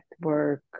work